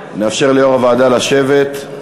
נאפשר ליושב-ראש הוועדה לשבת.